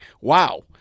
wow